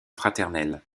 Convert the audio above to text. fraternelle